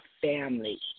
family